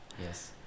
yes